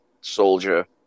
soldier